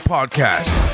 Podcast